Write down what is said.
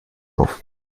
auf